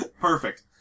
Perfect